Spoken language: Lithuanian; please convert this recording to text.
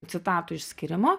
citatų išskyrimo